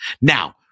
Now